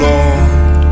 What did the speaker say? Lord